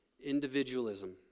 individualism